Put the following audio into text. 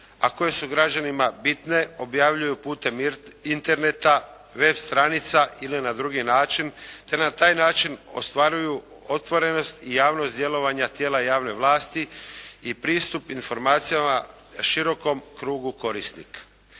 a koje su građanima bitne, objavljuju putem interneta, web stranica ili na drugi način te na taj način ostvaruju otvorenost i javnost djelovanja tijela javne vlasti i pristup informacijama širokom krugu korisnika.